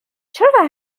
چرا